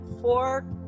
four